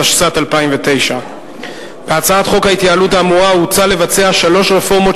התשס"ט 2009. בהצעת חוק ההתייעלות האמורה הוצע לבצע שלוש רפורמות